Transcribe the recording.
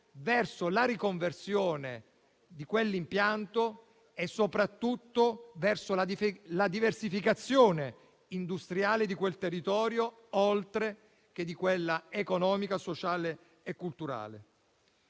verso la riconversione di quell'impianto e soprattutto verso la diversificazione industriale di quel territorio, oltre che di quella economica, sociale e culturale.